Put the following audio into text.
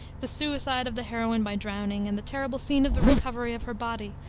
the suicide of the heroine by drowning, and the terrible scene of the recovery of her body,